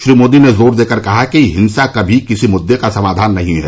श्री मोदी ने जोर देकर कहा कि हिंसा कभी किसी मुद्दे का समाधान नहीं है